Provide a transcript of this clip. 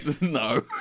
No